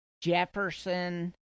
Jefferson